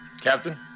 Captain